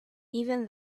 even